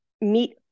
meet